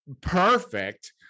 perfect